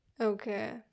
Okay